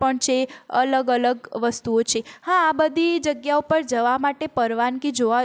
પણ છે અલગ અલગ વસ્તુઓ છે હા આ બધી જગ્યાઓ ઉપર જવા માટે પરવાનગી જોવા